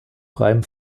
freiem